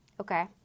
Okay